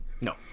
No